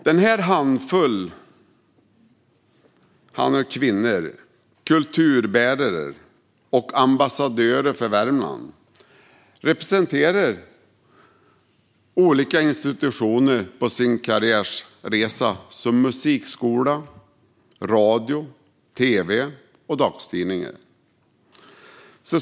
Denna handfull kvinnor, kulturbärare och ambassadörer för Värmland representerar på sin karriärresa olika institutioner såsom musikskola, radio, tv och dagstidningar.